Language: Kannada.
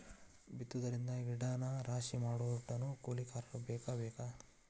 ಬಿತ್ತುದರಿಂದ ಹಿಡದ ರಾಶಿ ಮಾಡುಮಟಾನು ಕೂಲಿಕಾರರ ಬೇಕ ಬೇಕ